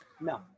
No